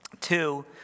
Two